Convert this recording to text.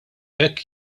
hekk